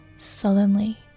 sullenly